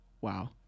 Wow